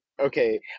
okay